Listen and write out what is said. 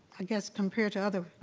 i guess compared to other,